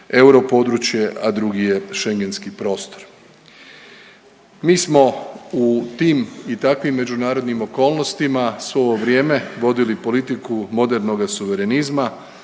europodručje, a drugi je Schengenski prostor. Mi smo u tim u tim i takvim međunarodnim okolnostima svo ovo vrijeme vodili politiku modernoga suverenizma,